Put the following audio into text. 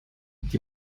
die